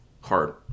hard